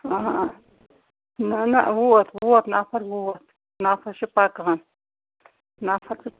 آ نہ نہ ووت ووت نفر ووت نفر چھِ پکان نفر چھِ